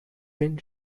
been